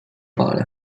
pala